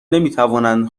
نمیتوانند